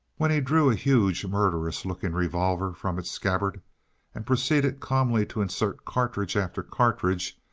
when he drew a huge, murderous-looking revolver from its scabbard and proceeded calmly to insert cartridge after cartridge,